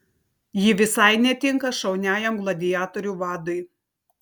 ji visai netinka šauniajam gladiatorių vadui